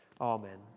Amen